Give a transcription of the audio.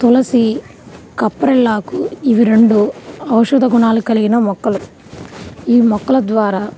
తులసి కప్రిల్లాకు ఇవి రెండు ఔషధ గుణాలు కలిగిన మొక్కలు ఈ మొక్కల ద్వారా